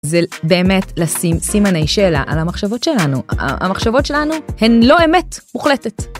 זה באמת לשים סימני שאלה על המחשבות שלנו. המחשבות שלנו הן לא אמת מוחלטת.